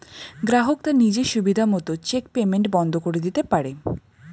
গ্রাহক তার নিজের সুবিধা মত চেক পেইমেন্ট বন্ধ করে দিতে পারে